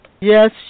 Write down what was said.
Yes